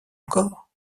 encore